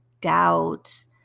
doubts